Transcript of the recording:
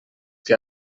que